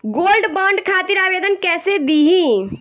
Gold bond खातिर आवेदन कैसे दिही?